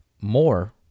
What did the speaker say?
more